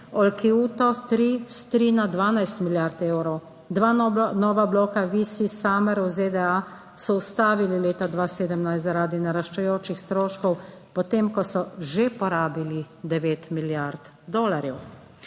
Olkiuto3(?) s 3 na 12 milijard evrov, dva nova bloka VisiSummer(?) v ZDA so ustavili leta 2017 zaradi naraščajočih stroškov, potem ko so že porabili devet milijard dolarjev.